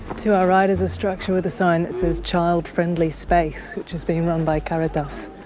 to our right is a structure with a sign that says child friendly space which is being run by caritas.